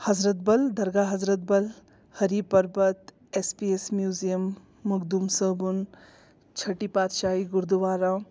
حضرت بَل Dargah Hazratbal Hari Parbat S P S museum Makhdoom Sahib Chatti Padshahi gurdwara